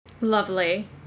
lovely